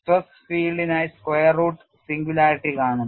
stress ഫീൽഡിനായി square root singularity കാണുന്നു